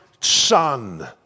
son